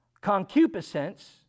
concupiscence